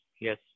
yes